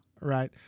right